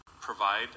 provide